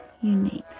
unique